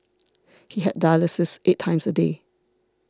he had dialysis eight times a day